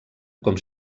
com